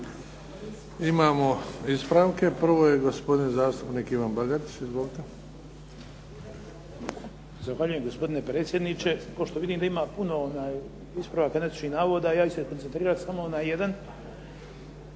Imamo ispravke. Prvo je gospodin zastupnik Ivan Bagarić. Izvolite. **Bagarić, Ivan (HDZ)** Zahvaljujem, gospodine predsjedniče. Pošto vidim da ima puno ispravaka netočnih navoda, ja ću se koncentrirat samo na jedan.